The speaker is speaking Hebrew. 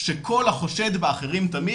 שכל החושד באחרים תמיד,